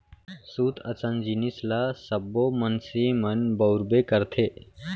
सूत असन जिनिस ल सब्बो मनसे मन बउरबे करथे